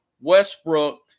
Westbrook